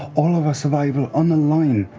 all of our survival on the line